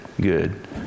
good